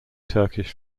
turkish